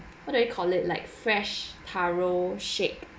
what do you call it like fresh taro shake